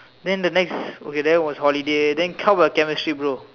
then the next okay then was holiday then how about chemistry bro